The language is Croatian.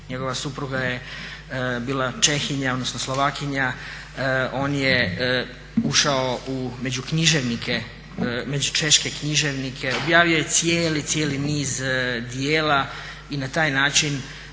Njegova supruga je bila Čehinja odnosno Slovakinja, on je ušao među češke književnike, objavio cijel, cijeli niz djela i na taj način